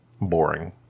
boring